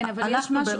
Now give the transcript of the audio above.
כן אבל יש משהו